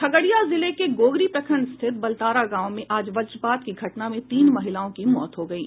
खगड़िया जिले के गोगरी प्रखंड स्थित बलतारा गांव में आज वजपात की घटना में तीन महिलाओं की मौत हो गयी